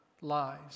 lies